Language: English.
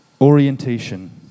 Orientation